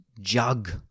jug